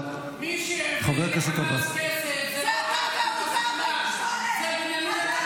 שוב אני מזכיר לך: מי שהעביר לחמאס כסף זה בנימין נתניהו.